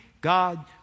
God